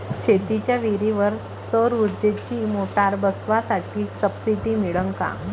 शेतीच्या विहीरीवर सौर ऊर्जेची मोटार बसवासाठी सबसीडी मिळन का?